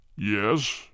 Yes